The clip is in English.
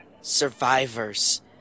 survivors